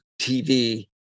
TV